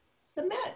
submit